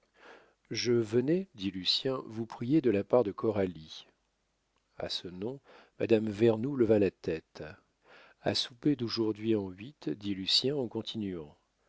je venais dit lucien vous prier de la part de coralie a ce nom madame vernou leva la tête a souper d'aujourd'hui en huit dit lucien en continuant